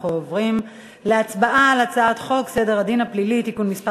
אנחנו עוברים להצבעה על הצעת חוק סדר הדין הפלילי (תיקון מס'